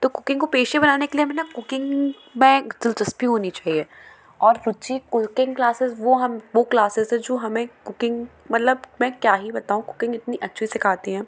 तो कुकिंग को पेशा बनाने के लिए हमें ना कुकिंग में एक दिलचस्पी होनी चाहिए और रुची कुकिंग क्लाससेस वो हम वो क्लाससेस हैं जो हमें कुकिंग मतलब मैं क्या ही बताऊँ कुकिंग इतनी अच्छी सिखाती हैं